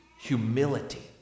humility